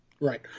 Right